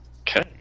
Okay